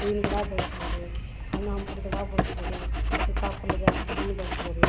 ಹೂವಿನ ಗಿಡ ಬೆಳ್ಸ್ಬೋದು ಹಣ್ಣು ಹಂಪಲು ಗಿಡ ಬೆಳ್ಸ್ಬೋದು ಸೀತಾಫಲದ ಹಣ್ಣು ಬೆಳಸ್ಬೋದು